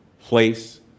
place